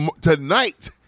tonight